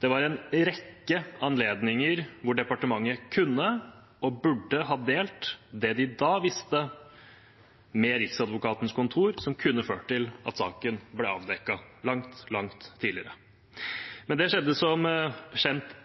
Det var en rekke anledninger hvor departementet kunne og burde ha delt det de da visste, med riksadvokatens kontor, som kunne ført til at saken ble avdekket langt, langt tidligere. Men det skjedde som kjent